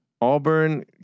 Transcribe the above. Auburn